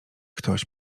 ktoś